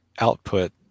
output